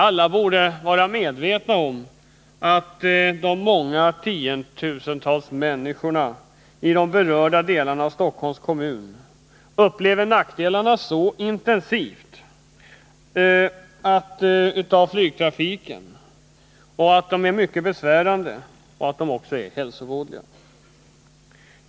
Alla borde vara medvetna om att de många tiotusental människorna i de berörda delarna av Stockholms kommun upplever nackdelarna av den intensiva flygtrafiken som mycket besvärande och hälsovådliga.